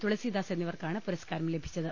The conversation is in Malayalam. തുളസീദാസ് എന്നിവർക്കാണ് പുരസ്കാരം ലഭിച്ചത്